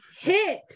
hit